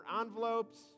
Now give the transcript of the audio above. envelopes